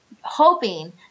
hoping